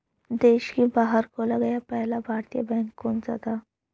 देश के बाहर खोला गया पहला भारतीय बैंक कौन सा था?